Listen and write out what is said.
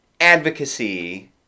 advocacy